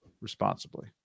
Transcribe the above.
responsibly